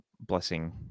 blessing